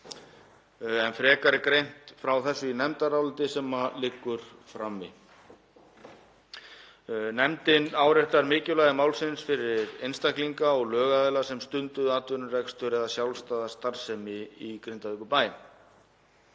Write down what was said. Frekar er greint frá þessu í nefndaráliti sem liggur frammi. Nefndin áréttar mikilvægi málsins fyrir einstaklinga og lögaðila sem stunduðu atvinnurekstur eða sjálfstæða starfsemi í Grindavíkurbæ.